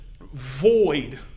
void